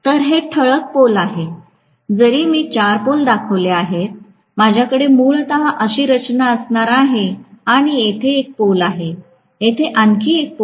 तर हे ठळक पोल आहे जरी मी ४ पोल दाखवले आहे माझ्याकडे मूलतः अशी रचना असणार आहे आणि येथे एक पोल आहे येथे आणखी एक पोल